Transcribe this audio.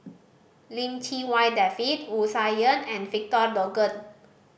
Lim Chee Wai David Wu Tsai Yen and Victor Doggett